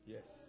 Yes